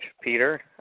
Peter